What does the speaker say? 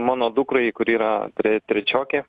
mano dukrai kuri yra trečiokė